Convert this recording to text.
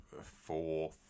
four